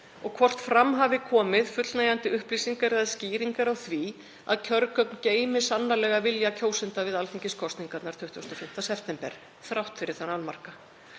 og hvort fram hafi komið fullnægjandi upplýsingar eða skýringar á því að kjörgögn geymi sannarlega vilja kjósenda við alþingiskosningarnar 25. september þrátt fyrir þann annmarka.